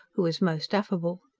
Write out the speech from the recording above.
who was most affable.